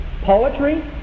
poetry